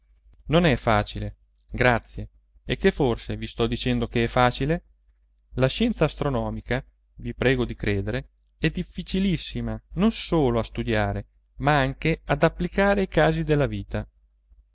non è facile grazie e che forse vi sto dicendo che è facile la scienza astronomica vi prego di credere è difficilissima non solo a studiare ma anche ad applicare ai casi della vita